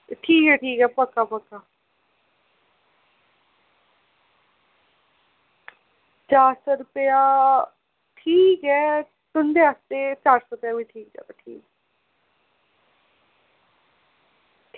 ठीक ऐ ठीक ऐ पक्का पक्का चार सौ रपेआ ठीक ऐ तुंदे आस्तै चार सौ रपेआ बी ठीक ठीक ऐ